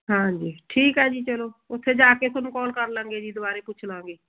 ਹਾਂਜੀ ਠੀਕ ਹੈ ਜੀ ਚਲੋ ਉੱਥੇ ਜਾ ਕੇ ਤੁਹਾਨੂੰ ਕੋਲ ਕਰ ਲਵਾਂਗੇ ਜੀ ਦੁਆਰੇ ਪੁੱਛ ਲਵਾਂਗੇ